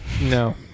No